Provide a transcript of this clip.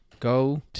Go